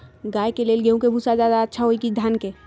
गाय के ले गेंहू के भूसा ज्यादा अच्छा होई की धान के?